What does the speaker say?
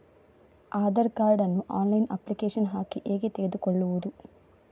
Aadhaar card ನ್ನು online application ಹಾಕಿ ಹೇಗೆ ತೆಗೆದುಕೊಳ್ಳುವುದು?